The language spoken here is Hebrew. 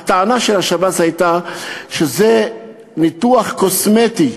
הטענה של השב"ס הייתה שזה ניתוח קוסמטי.